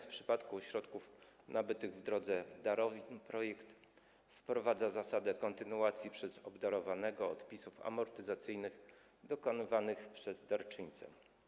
W przypadku środków nabytych w drodze darowizny projekt wprowadza zasadę kontynuacji przez obdarowanego odpisów amortyzacyjnych dokonywanych przez darczyńcę.